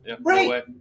Right